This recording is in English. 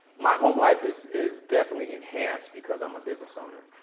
my home life is is definitely enhanced because i'm a business owner.